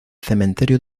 cementerio